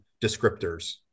descriptors